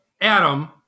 Adam